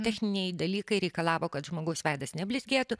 techniniai dalykai reikalavo kad žmogaus veidas neblizgėtų